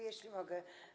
Jeśli mogę.